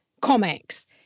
comics